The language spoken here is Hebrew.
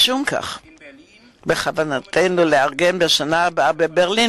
משום כך בכוונתנו לארגן בשנה הבאה בברלין